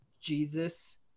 Jesus